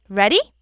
ready